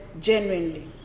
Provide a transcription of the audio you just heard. genuinely